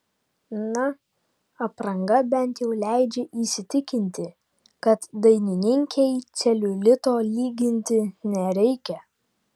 na apranga bent jau leidžia įsitikinti kad dainininkei celiulito lyginti nereikia